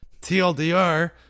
TLDR